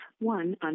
one